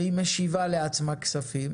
והיא משיבה לעצמה כספים